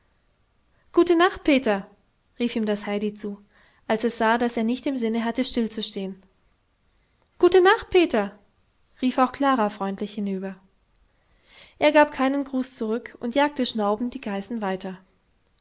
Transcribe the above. gute nacht peter rief ihm das heidi zu als es sah daß er nicht im sinne hatte stillzustehen gute nacht peter rief auch klara freundlich hinüber er gab keinen gruß zurück und jagte schnaubend die geißen weiter